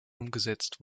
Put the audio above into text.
umgesetzt